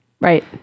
Right